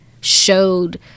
showed